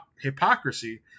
hypocrisy